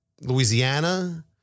Louisiana